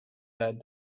that